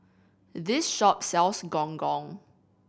this shop sells Gong Gong